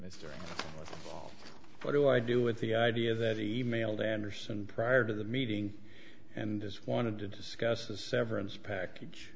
mystery what do i do with the idea that he e mailed anderson prior to the meeting and just wanted to discuss a severance package